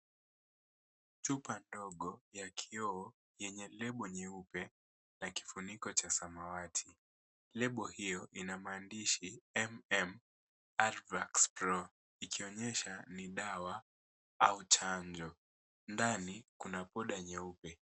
Chupa ndogo ya kioo yenye lebo nyeupe na kifuniko cha samawati. Lebo hiyo ina maandishi MMR vaxPro ikionyesha ni dawa au chanjo, ndani kuna poda nyeupe.